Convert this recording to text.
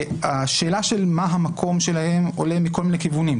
השאלה מה המקום שלהם עולה מכל מיני כיוונים.